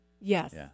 Yes